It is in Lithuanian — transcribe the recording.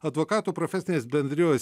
advokatų profesinės bendrijos